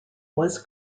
was